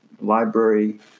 library